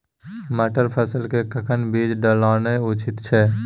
मटर फसल के कखन बीज डालनाय उचित छै?